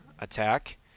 attack